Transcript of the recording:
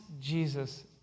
Jesus